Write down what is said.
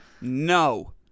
No